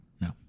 No